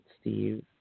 Steve